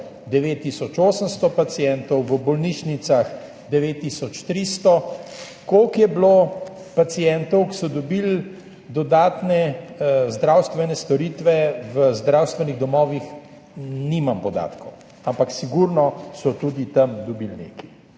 800 pacientov, v bolnišnicah 9 tisoč 300. Koliko je bilo pacientov, ki so dobili dodatne zdravstvene storitve v zdravstvenih domovih, nimam podatkov, ampak sigurno so tudi tam dobili nekaj.